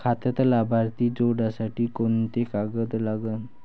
खात्यात लाभार्थी जोडासाठी कोंते कागद लागन?